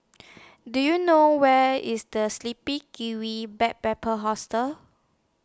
Do YOU know Where IS The Sleepy Kiwi Back Paper Hostel